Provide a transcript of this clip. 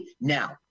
now